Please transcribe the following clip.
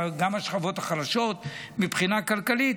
אבל גם מהשכבות החלשות מבחינה כלכלית.